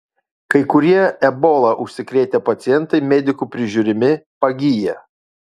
kai kurie ebola užsikrėtę pacientai medikų prižiūrimi pagyja